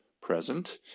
present